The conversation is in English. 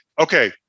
Okay